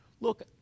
Look